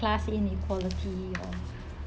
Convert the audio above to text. class inequality or